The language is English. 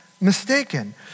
mistaken